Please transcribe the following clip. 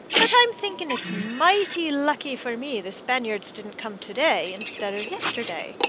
but i'm thinking it's mighty lucky for me the spaniards didn't come to-day instead of yesterday,